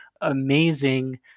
amazing